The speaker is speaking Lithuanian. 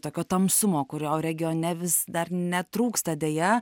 tokio tamsumo kurio regione vis dar netrūksta deja